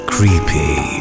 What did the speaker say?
Creepy